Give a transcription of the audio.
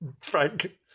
Frank